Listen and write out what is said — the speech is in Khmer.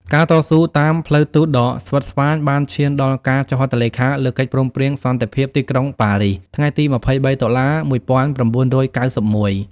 ការតស៊ូតាមផ្លូវទូតដ៏ស្វិតស្វាញបានឈានដល់ការចុះហត្ថលេខាលើកិច្ចព្រមព្រៀងសន្តិភាពទីក្រុងប៉ារីស ថ្ងៃទី ២៣ តុលា ១៩៩១។